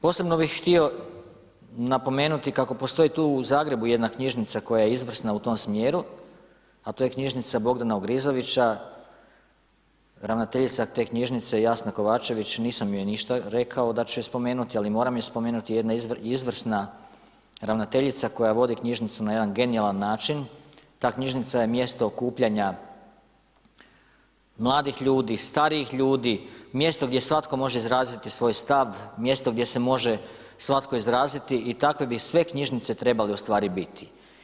Posebno bi htio napomenuti kako postoji tu u Zagrebu jedna knjižnica koja je izvrsna u tom smjeru, a to je knjižnica Bogdana Ogrizovića ravnateljica te knjižnice Jasna Kovačević, nisam joj ništa rekao da ću je spomenuti, ali moram je spomenuti, jedna izvrsna ravnateljica koja vodi knjižnicu na jedan genijalan način, ta knjižnica je mjesto okupljanja mladih ljudi, starijih ljudi, mjesto gdje svatko može izraziti svoj stav, mjesto gdje se može svatko izraziti i takve bi sve knjižnice trebale ustvari biti.